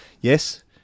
yes